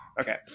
Okay